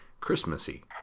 Christmassy